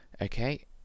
Okay